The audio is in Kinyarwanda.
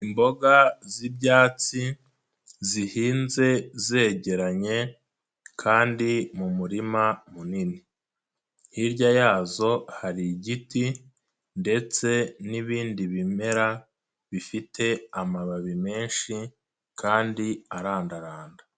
Imboga z'ibyatsi, zihinze zegeranye kandi mu murima munini. Hirya yazo hari igiti ndetse n'ibindi bimera bifite amababi menshi kandi arandaranda.